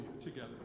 together